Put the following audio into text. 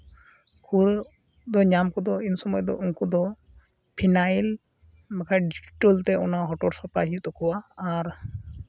ᱠᱷᱩᱨᱟᱹ ᱫᱚ ᱧᱟᱢ ᱠᱚᱫᱚ ᱤᱱ ᱥᱚᱢᱚᱭ ᱫᱚ ᱩᱱᱠᱩ ᱫᱚ ᱯᱷᱤᱱᱟᱭᱤᱞ ᱵᱟᱠᱷᱟᱡ ᱰᱮᱴᱳᱞ ᱛᱮ ᱚᱱᱟ ᱦᱚᱴᱚᱨ ᱥᱟᱯᱷᱟᱭ ᱦᱩᱭᱩᱜ ᱛᱟᱠᱚᱣᱟ ᱟᱨ